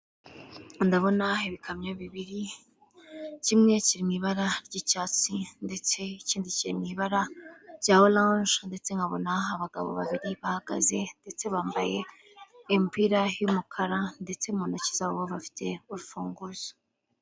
Ndabona ibikamyo bibiri kimwe ki mu ibara ry'icyatsi ndetse ikindidi ki mu ibara rya oranje, ndetse nkabona abagabo babiri bahagaze ndetse bambaye imipira y'umukara ndetse mu ntoki zabo bafite urufunguzo.